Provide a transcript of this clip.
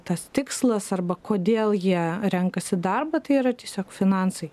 tas tikslas arba kodėl jie renkasi darbą tai yra tiesiog finansai